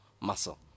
muscle